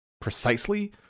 precisely